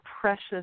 precious